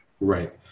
Right